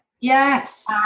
Yes